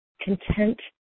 content